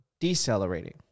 decelerating